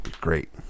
great